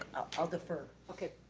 i'll defer. okay,